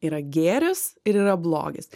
yra gėris ir yra blogis